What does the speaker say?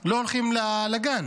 לא הולכים לגן.